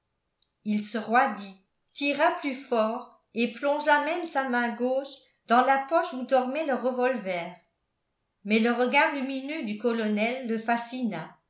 il se roidit tira plus fort et plongea même sa main gauche dans la poche où dormait le revolver mais le regard lumineux du colonel le fascina